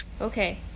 Okay